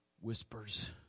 whispers